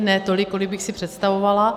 Ne tolik, kolik bych si představovala.